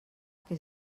que